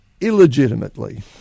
illegitimately